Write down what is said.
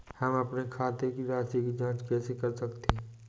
हम अपने खाते की राशि की जाँच कैसे कर सकते हैं?